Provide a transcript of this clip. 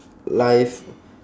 live